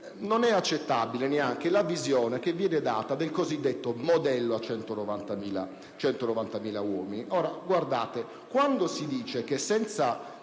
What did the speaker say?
Non è accettabile neanche la visione che viene data del cosiddetto modello a 190.000 uomini. Quando si dice che